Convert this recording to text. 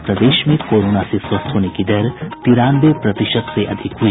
और प्रदेश में कोरोना से स्वस्थ होने की दर तिरानवे प्रतिशत से अधिक हुई